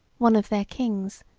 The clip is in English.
one of their kings,